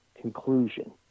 conclusion